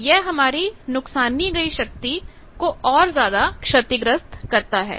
यह हमारी नुकसानी गई शक्ति को और ज्यादा क्षतिग्रस्त करता है